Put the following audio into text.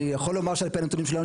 אני יכול לומר שעל פי הנתונים שלנו,